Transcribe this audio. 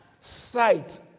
Sight